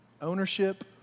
Ownership